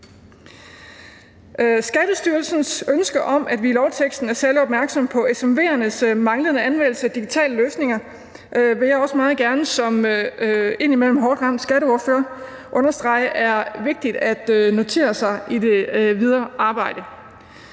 Skattestyrelsens ønske om, at vi i lovteksten er særlig opmærksomme på SMV'ernes manglende anvendelse af digitale løsninger, vil jeg også meget gerne, som indimellem hårdt ramt skatteordfører, understrege er vigtigt at notere sig i det videre arbejde.